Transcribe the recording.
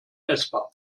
essbar